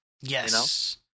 Yes